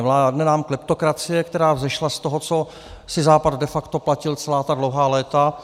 Vládne nám kleptokracie, která vzešla z toho, co si Západ de facto platil celá ta dlouhá léta.